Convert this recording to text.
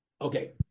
Okay